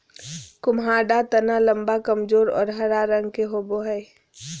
कुम्हाडा तना लम्बा, कमजोर और हरा रंग के होवो हइ